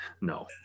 No